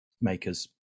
makers